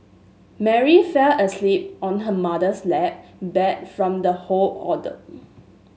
Mary fell asleep on her mother's lap bat from the whole ordeal